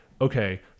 okay